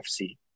FC